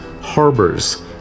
harbors